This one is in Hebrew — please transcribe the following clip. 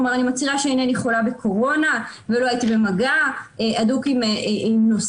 כלומר אני מצהירה שאינני חולה בקורונה ולא הייתי במגע הדוק עם נוסע,